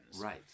Right